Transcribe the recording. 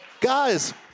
guys